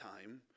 time